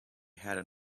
have